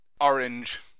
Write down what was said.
Orange